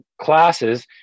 classes